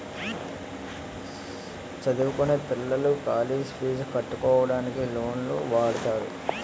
చదువుకొనే పిల్లలు కాలేజ్ పీజులు కట్టుకోవడానికి లోన్లు వాడుతారు